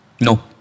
No